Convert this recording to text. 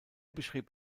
beschrieb